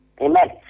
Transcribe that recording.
Amen